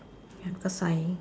ya because I